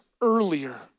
earlier